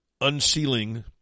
unsealing